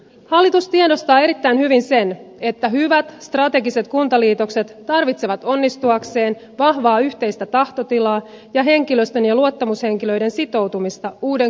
hallitus tiedostaa erittäin hyvin sen että hyvät strategiset kuntaliitokset tarvitsevat onnistuakseen vahvaa yhteistä tahtotilaa ja henkilöstön ja luottamushenkilöiden sitoutumista uuden kunnan rakentamiseen